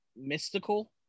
mystical